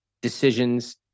decisions